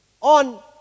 on